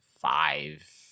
five